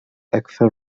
أكثر